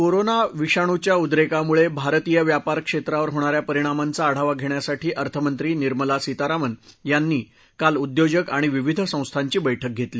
corona विषाणूच्या उद्रेकामुळे भारतीय व्यापाऱ क्षेत्रावर होणाऱ्या परिणामांचा आढावा घेण्यासाठी अर्थमंत्री निर्मला सीतारामन यांनी काल उद्योजक आणि विविध संस्थांची बैठक घेतली